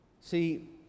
See